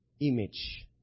image